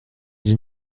den